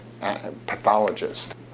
pathologist